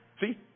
See